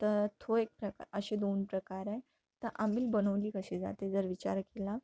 तर तो एक प्र असे दोन प्रकार आहे तर आंबील बनवली कशी जाते जर विचार केला